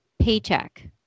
paycheck